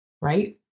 right